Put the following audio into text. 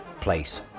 place